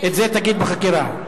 את זה תגיד בחקירה.